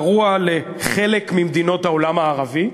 הוא גרוע לחלק ממדינות העולם הערבי,